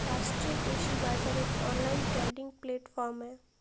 राष्ट्रीय कृषि बाजार एक ऑनलाइन ट्रेडिंग प्लेटफॉर्म है